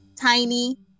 Tiny